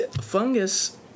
fungus